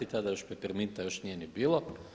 Tada još Peperminta još nije ni bilo.